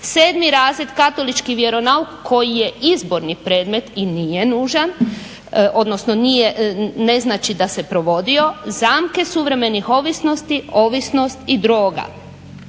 Sedmi razred katolički vjeronauk koji je izborni predmet i nije nužan, odnosno nije, ne znači da se provodio zamke suvremenih ovisnosti, ovisnost i droga.